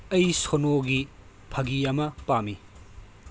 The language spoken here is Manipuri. ꯑꯩ ꯁꯣꯅꯣꯒꯤ ꯐꯥꯒꯤ ꯑꯃ ꯄꯥꯝꯃꯤ